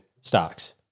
stocks